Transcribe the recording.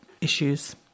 issues